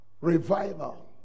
revival